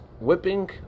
whipping